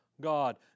God